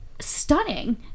stunning